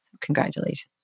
congratulations